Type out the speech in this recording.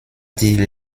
die